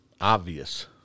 obvious